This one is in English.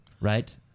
right